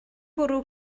bwrw